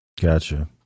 gotcha